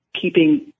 keeping